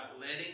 letting